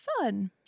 fun